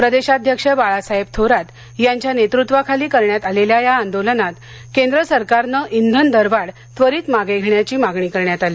प्रदेशाध्यक्ष बाळासाहेब थोरात यांच्या नेतृत्वाखाली करण्यात आलेल्या या आंदोलनात केंद्र सरकारनं इंधन दरवाढ त्वरित मागे घेण्याची मागणी करण्यात आली